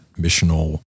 missional